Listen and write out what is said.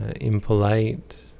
impolite